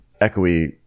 echoey